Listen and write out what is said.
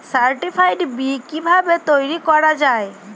Certified বি কিভাবে তৈরি করা যায়?